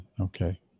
okay